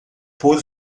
por